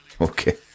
Okay